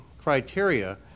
criteria